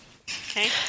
Okay